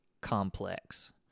complex